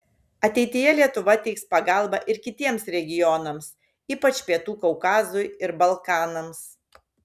ateityje lietuva teiks pagalbą ir kitiems regionams ypač pietų kaukazui ir balkanams